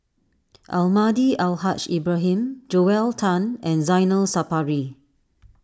Almahdi Al Haj Ibrahim Joel Tan and Zainal Sapari